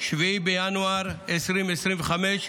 7 בינואר 2025,